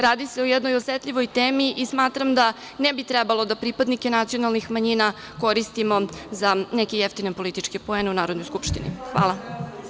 Radi se o jednoj osetljivoj temi i smatram da ne bi trebalo da pripadnike nacionalnih manjina koristimo za neke jeftine političke poene u Narodnoj skupštini.